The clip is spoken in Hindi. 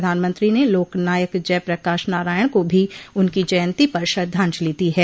प्रधानमंत्री ने लोकनायक जयप्रकाश नारायण को भी उनकी जयंती पर श्रद्धांजलि दी है